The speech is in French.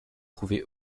trouvé